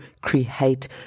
create